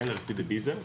לרצידביזם.